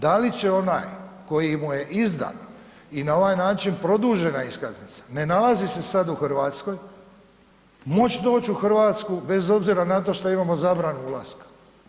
Da li će onaj koji mu je izdan i na ovaj način produžena iskaznica, ne nalazi se sad u Hrvatskoj moći doći u Hrvatsku bez obzira na to šta imamo zabranu ulaska?